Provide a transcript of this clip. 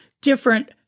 different